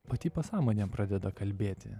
pati pasąmonė pradeda kalbėti